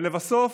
ולבסוף,